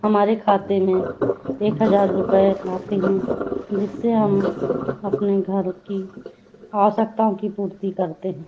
हमारे खाते में एक हजार रुपए आते हैं जिससे हम अपने घर की आवश्यकताओं की पूर्ति करते हैं